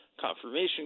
confirmation